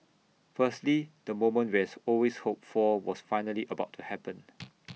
firstly the moment we has always hoped for was finally about to happened